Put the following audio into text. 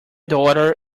daughter